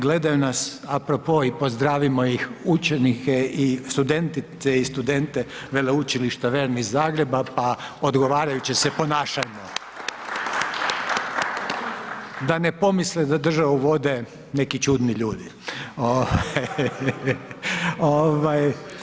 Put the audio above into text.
Gledaju nas a pro po i pozdravimo ih učenike i studentice i studente veleučilišta VERN iz Zagreba pa odgovarajući se ponašajmo. … Da ne pomisle da državu vode neki čudni ljudi.